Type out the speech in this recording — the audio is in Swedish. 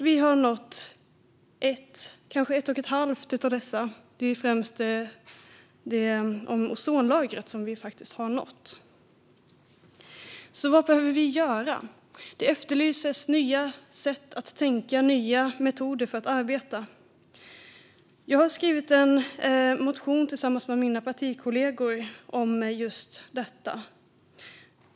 Vi har nått ett eller kanske ett och ett halvt av dem, främst målet om ozonlagret. Det har vi faktiskt nått. Vad behöver vi då göra? Det efterlyses nya sätt att tänka och nya metoder att arbeta. Jag har skrivit en motion tillsammans med mina partikollegor om just detta.